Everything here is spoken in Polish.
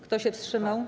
Kto się wstrzymał?